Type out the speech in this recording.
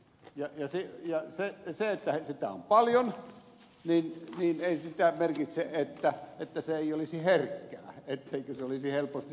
ja se että sitä on paljon ei merkitse sitä että se ei olisi herkkää etteikö se olisi helposti tuhoutuvaa